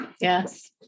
Yes